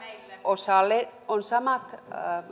osalle on samat